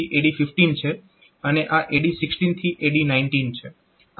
અને આ A16 થી A19 છે આ 8086 ના જેવું જ છે